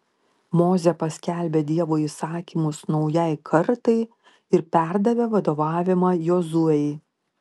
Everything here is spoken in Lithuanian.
mozė paskelbė dievo įsakymus naujai kartai ir perdavė vadovavimą jozuei